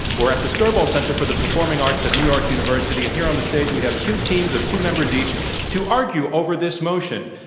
we're at the skirball center for the performing arts at new york university. and here on the stage we have two teams of two members each to argue over this motion,